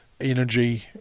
energy